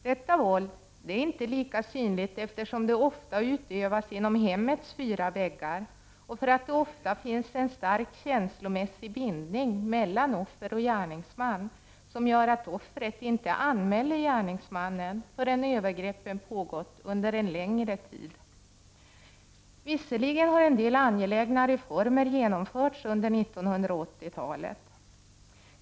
Detta våld är inte lika synligt, eftersom det ofta utövas inom hemmets fyra väggar och det ofta finns en stark känslomässig bindning mellan offer och gärningsman som gör att offret inte anmäler gärningsmannen förrän övergreppen pågått under en längre tid. Visserligen har en del angelägna reformer genomförts under 1980-talet.